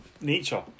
nature